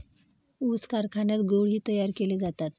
ऊस कारखान्यात गुळ ही तयार केले जातात